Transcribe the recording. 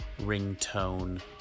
ringtone